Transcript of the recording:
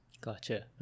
gotcha